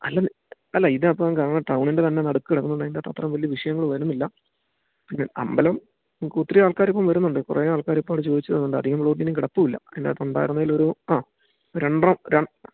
അല്ലന്ന് അല്ല ഇത് അപ്പോൾ ടൗണിൻ്റെ തന്നെ നടുക്ക് കിടക്കുന്നുണ്ട് അതിൻറാകത്ത് അത്രയും വലിയ വിഷയങ്ങൾ വരുന്നില്ല പിന്നെ അമ്പലം ഒത്തിരി ആൾക്കാർ ഇപ്പം വരുന്നുണ്ട് കുറേ ആൾക്കാർ ഇപ്പോഴും ചോദിച്ച് വരുന്നുണ്ട് അധികം പ്ലോട്ട് ഇനിം കിടപ്പും ഇല്ല ഇതിനകത്ത് ഉണ്ടായിരുന്നെലൊരു ആ രണ്ടണ്ണം